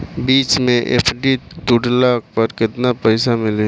बीच मे एफ.डी तुड़ला पर केतना पईसा मिली?